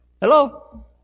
Hello